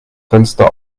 fenster